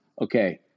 okay